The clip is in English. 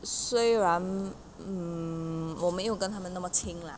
虽然 mmhmm 我没有跟他们那么亲 lah